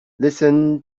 listen